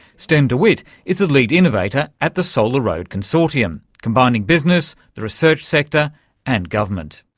sten de wit is the lead innovator at the solaroad consortium, combining business, the research sector and government.